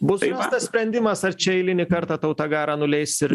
bus rastas sprendimas ar čia eilinį kartą tauta garą nuleis ir